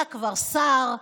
אתה כבר שר,